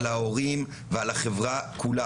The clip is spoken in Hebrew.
על ההורים ועל החברה כולה,